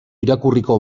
irakurriko